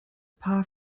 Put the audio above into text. paar